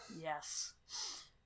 Yes